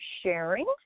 sharing